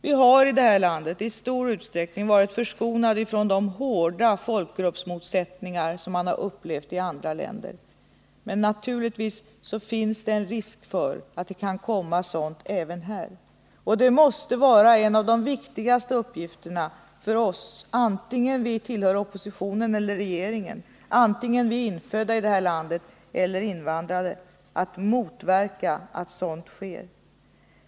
Vi har i det här landet i stor utsträckning varit förskonade från de hårda folkgruppsmotsättningar som man upplevt i andra länder. Men naturligtvis finns det en risk för att det kan komma sådant även här. Det måste vara en av de viktigaste uppgifterna för oss — vare sig vi tillhör oppositionen eller regeringen och vare sig vi är infödda i det här landet eller invandrade — att motverka att sådant sker.